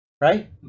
right